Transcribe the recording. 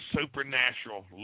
supernatural